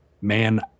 man